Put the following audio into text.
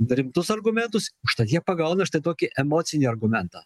rimtus argumentus užtat jie pagauna štai tokį emocinį argumentą